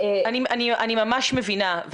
אני ממש מבינה,